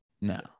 No